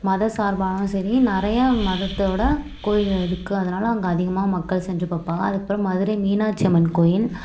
மத சார்பாகவும் சரி நிறையா மதத்தைவிட கோயில்கள் இருக்குது அதனால அங்கே அதிகமாக மக்கள் சென்று பார்ப்பாங்க அதுக்கப்புறம் மதுரை மீனாட்சி அம்மன் கோயில்